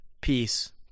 peace